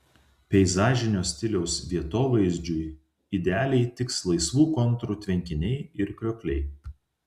peizažinio stiliaus vietovaizdžiui idealiai tiks laisvų kontūrų tvenkiniai ir kriokliai